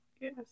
yes